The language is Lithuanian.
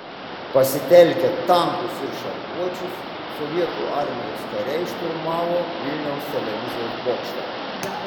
pasitelkę tankus ir šarvuočius sovietų armijos kariai šturmavo vilniaus televizijos bokštą